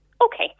Okay